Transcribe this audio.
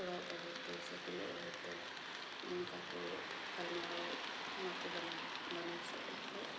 ᱠᱚᱲᱟ ᱟᱜ ᱵᱟᱵᱚᱫ ᱛᱮ ᱥᱮ ᱠᱩᱲᱤᱭᱟᱜ ᱵᱟᱵᱚᱛᱮ ᱚᱱᱠᱟ ᱠᱚ ᱜᱟᱞᱢᱟᱨᱟᱣ ᱟᱠᱚ ᱵᱟᱱᱟᱨ ᱵᱟᱱᱟᱨ ᱥᱮᱡ ᱠᱷᱚᱱ